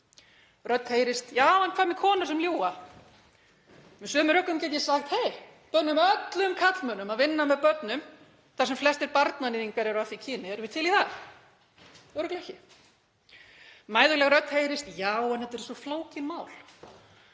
Rödd heyrist: Já, en hvað með konur sem ljúga? Með sömu rökum get ég sagt: Hey, bönnum öllum karlmönnum að vinna með börnum þar sem flestir barnaníðingar eru af því kyni. Erum við til í það? Örugglega ekki. Mæðuleg rödd heyrist: Já, en þetta eru svo flókin mál.